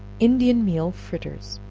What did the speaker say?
indian meal fritters.